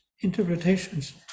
interpretations